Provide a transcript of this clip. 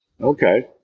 okay